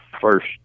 first